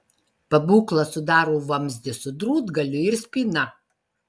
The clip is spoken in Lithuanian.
pabūklą sudaro vamzdis su drūtgaliu ir spyna